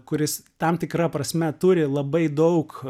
kuris tam tikra prasme turi labai daug